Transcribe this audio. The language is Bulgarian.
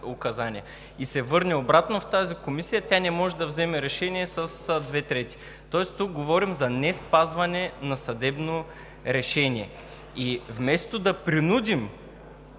и се върне обратно в тази Комисия, тя не може да вземе решение с две трети. Тоест, тук говорим за неспазване на съдебно решение. И вместо да принудим